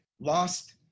Lost